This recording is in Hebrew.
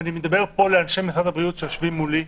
ואני מדבר לאנשי משרד הבריאות שיושבים מולי.